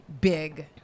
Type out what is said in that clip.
Big